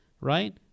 right